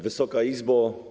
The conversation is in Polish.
Wysoka Izbo!